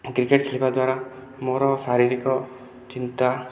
cricket ଖେଳିବା ଦ୍ଵାରା ମୋର ଶାରୀରିକ ଚିନ୍ତା